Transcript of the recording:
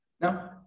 No